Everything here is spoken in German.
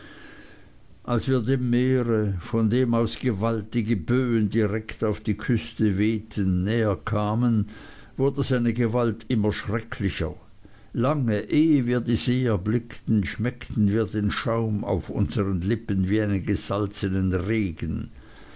als wir dem meere von dem aus gewaltige böen direkt auf die küste wehten näher kamen wurde seine gewalt immer schrecklicher lange ehe wir die see erblickten schmeckten wir den schaum auf unsern lippen wie einen gesalzenen regen